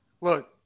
Look